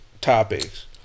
topics